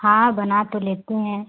हाँ बना तो लेते हैं